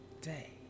day